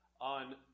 on